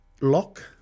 lock